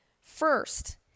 First